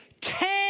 Ten